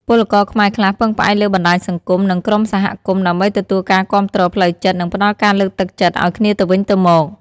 ពលករខ្មែរខ្លះពឹងផ្អែកលើបណ្ដាញសង្គម និងក្រុមសហគមន៍ ដើម្បីទទួលការគាំទ្រផ្លូវចិត្ត និងផ្ដល់ការលើកទឹកចិត្តឱ្យគ្នាទៅវិញទៅមក។